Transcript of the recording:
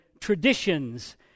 traditions